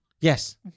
Yes